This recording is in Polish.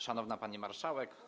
Szanowna Pani Marszałek!